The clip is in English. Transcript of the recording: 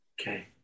Okay